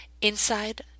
inside